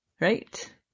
right